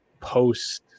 post